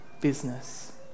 business